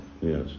Yes